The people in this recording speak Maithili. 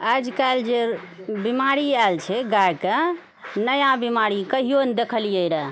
आज कल जे बिमारी आयल छै गायके नया बिमारी कहियौ नहि देखलियै रहए